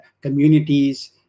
communities